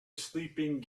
sleeping